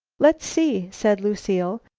let's see, said lucile,